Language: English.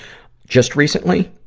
just recently,